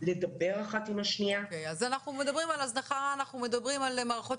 רשאים להגיש